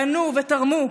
בנו ותרמו,